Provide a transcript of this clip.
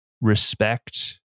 respect